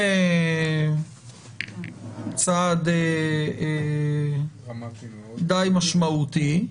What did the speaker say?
זה צעד די משמעותי,